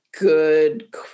good